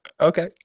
Okay